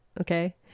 Okay